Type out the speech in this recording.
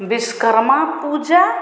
Vishwakarma Puja